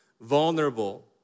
vulnerable